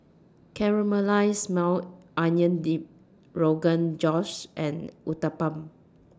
Caramelized Maui Onion Dip Rogan Josh and Uthapam